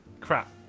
crap